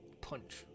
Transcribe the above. Punch